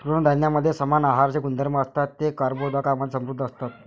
तृणधान्यांमध्ये समान आहाराचे गुणधर्म असतात, ते कर्बोदकांमधे समृद्ध असतात